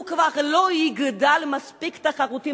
הוא כבר לא יגדל מספיק תחרותי,